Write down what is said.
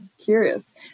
curious